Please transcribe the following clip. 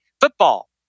football